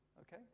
Okay